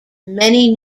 many